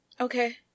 Okay